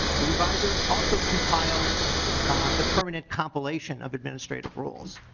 the revisor also compiles the permanent compilation of administrative rules.